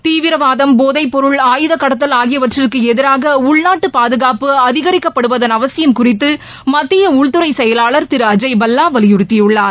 தீவிரவாதம் போதைப்பொருள் ஆயுதக்கடத்தல் ஆகியவற்றிற்கு எதிராக உள்நாட்டு பாதுகாப்பு அதிகரிக்கப்படுவதன் அவசியம் குறித்து மத்திய உள்துறை செயலாளர் திரு அஜய் பல்லா வலியுறுத்தியுள்ளார்